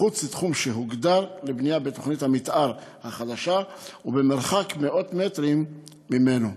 מחוץ לתחום שהוגדר לבנייה בתוכנית המתאר החדשה ובמרחק מאות מטרים ממנו.